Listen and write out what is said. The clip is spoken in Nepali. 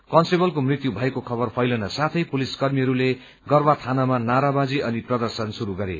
कन्सटेबलको मृत्यु भएको खबर फैलिन साथै पुलिस कर्मीहरूले गरबा थानामा नाराबाजी अनि प्रदर्शन शुरू गरे